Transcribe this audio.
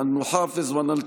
אמן.